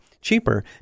cheaper